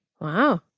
Wow